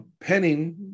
Penning